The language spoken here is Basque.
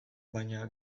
baina